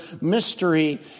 mystery